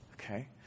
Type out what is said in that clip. Okay